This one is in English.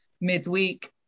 midweek